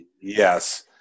Yes